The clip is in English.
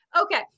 Okay